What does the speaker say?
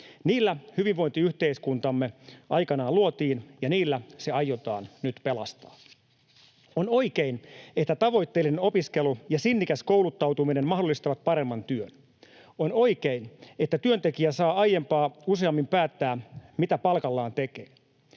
Niillä hyvinvointiyhteiskuntamme aikanaan luotiin ja niillä se aiotaan nyt pelastaa. On oikein, että tavoitteellinen opiskelu ja sinnikäs kouluttautuminen mahdollistavat paremman työn. On oikein, että työntekijä saa aiempaa useammin päättää, mitä palkallaan tekee.